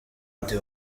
ndi